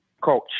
coach